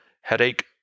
headache